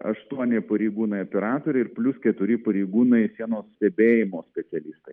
aštuoni pareigūnai operatoriai ir plius keturi pareigūnai sienos stebėjimo specialistai